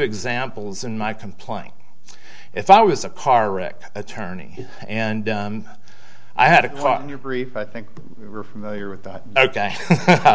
examples in my complaint if i was a car wreck attorney and i had a quote in your brief i think we're familiar with that ok